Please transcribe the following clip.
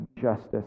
justice